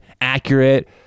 accurate